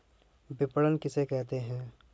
विपणन किसे कहते हैं?